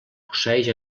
posseeix